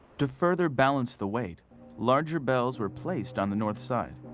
to further balance the weight larger bells were placed on the north side.